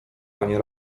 panie